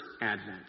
advent